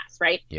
right